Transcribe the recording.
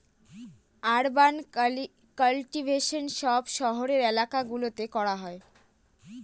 urban cultivation সব শহরের এলাকা গুলোতে করা হয়